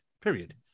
period